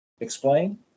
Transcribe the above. Explain